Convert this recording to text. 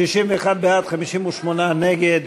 61 בעד, 58 נגד.